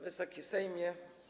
Wysoki Sejmie!